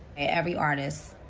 every artist,